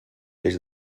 des